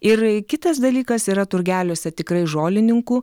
ir kitas dalykas yra turgeliuose tikrai žolininkų